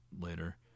later